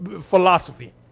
philosophy